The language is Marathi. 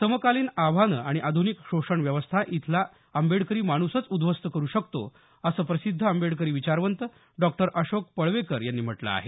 समकालीन आव्हानं आणि आध्निक शोषण व्यवस्था इथला आंबेडकरी माणूसच उद्ध्वस्त करु शकतो असं प्रसिद्ध आंबेडकरी विचारवंत डॉक्टर अशोक पळवेकर यांनी म्हटलं आहे